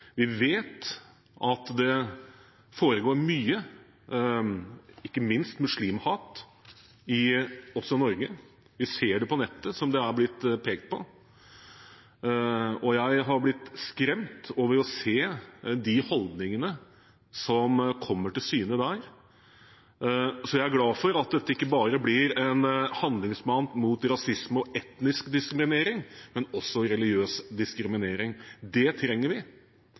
Vi vet at det foregår mye, ikke minst muslimhat, også i Norge. Vi ser det på nettet, som det er blitt pekt på, og jeg har blitt skremt over å se de holdningene som kommer til syne der. Jeg er glad for at dette ikke bare blir en handlingsplan mot rasisme og etnisk diskriminering, men også mot religiøs diskriminering. Det trenger vi.